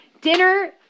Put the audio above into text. Dinner